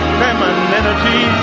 femininity